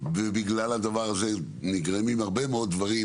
ובגלל הדבר הזה נגרמים הרבה מאוד דברים,